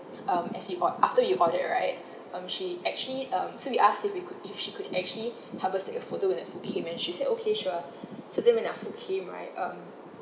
um as we ord~ after we ordered right um she actually um so we asked if we could if she could actually help us take a photo when the food came and she said okay sure so then when the food came right um